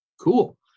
cool